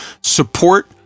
support